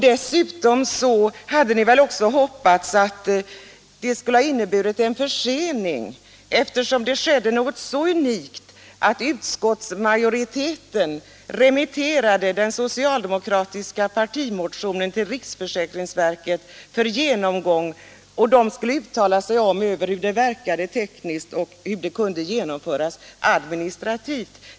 Dessutom hade ni väl hoppats att det skulle ha blivit en försening, eftersom det skedde något så unikt som att utskottsmajoriteten remitterade den socialdemokratiska partimotionen till riksförsäkringsverket för genomgång. Riksförsäkringsverket skulle uttala sig om hur förslaget verkade tekniskt och administrativt.